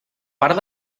part